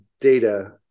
data